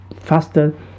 faster